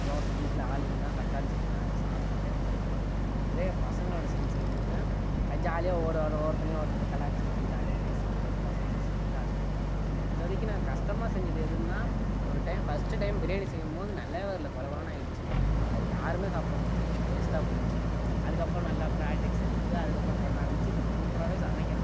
தோசை வீட்டில் ஆள் இல்லைனா தக்காளி செய்வேன் இல்லை சாப்பிட்டு அப்படியே போய்டுவேன் இதே பசங்களோட சேர்ந்து செய்யும்போது அது ஜாலியாக ஒவ்வொரு ஒரு ஒவ்வொருத்தனையும் ஒருத்தனுக்கு கலாய்ச்சி கிட்டு ஜாலியாக பேசிகிட்டு பசங்களோட சேர்ந்து அது தனியாக இதுவரைக்கும் நாங்கள் கஷ்டமாக செஞ்சது எதுன்னா ஒரு டைம் ஃபஸ்ட்டு டைம் பிரியாணி செய்யும்போது நல்லா வரலை கொழ கொழன்னு ஆகிடுச்சி அது யாரும் சாப்பிட முடியலை வேஸ்டாக போய்டுச்சி அதுக்கப்புறம் நல்லா பிராக்டிஸ் எடுத்து அதுக்கப்புறம் பண்ண ஆரம்பித்து இப்போ நான் சூப்பரா சமைக்கிறேன்